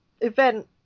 event